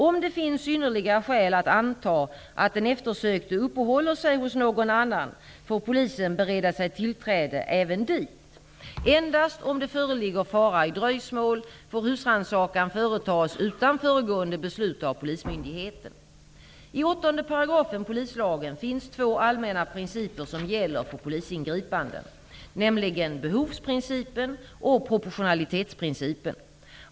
Om det finns synnerliga skäl att anta att den eftersökte uppehåller sig hos någon annan, får polisen bereda sig tillträde även dit. Endast om det föreligger fara i dröjsmål, får husrannsakan företas utan föregående beslut av polismyndigheten. I 8 § polislagen finns två allmänna principer som gäller för polisingripanden, nämligen behovsprincipen och proportionalitetsprincipen.